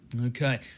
Okay